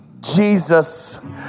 Jesus